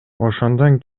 ошондон